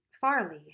Farley